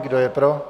Kdo je pro?